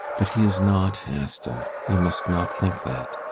but he is not, asta. you must not think that.